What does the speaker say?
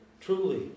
truly